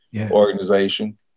organization